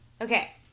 Okay